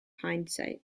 hindsight